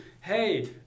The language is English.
Hey